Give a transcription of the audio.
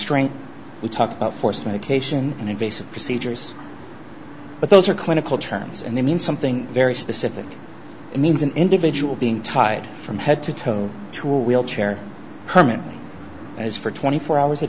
strength we talk about forced medication and invasive procedures but those are clinical terms and they mean something very specific it means an individual being tied from head to toe to a wheelchair permanently as for twenty four hours a